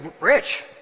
rich